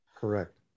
Correct